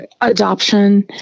adoption